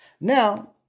Now